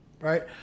right